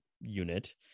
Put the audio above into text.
unit